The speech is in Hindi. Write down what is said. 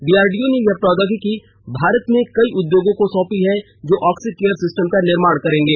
डीआरडीओ ने यह प्रौद्योगिकी भारत में कई उद्योगों को सौंपी है जो ऑक्सीकेयर सिस्टम का निर्माण करेंगे